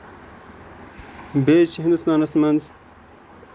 بیٚیہِ چھِ ہِندوستانَس منٛز